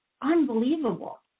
unbelievable